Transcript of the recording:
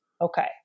Okay